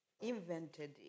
invented